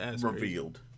Revealed